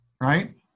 right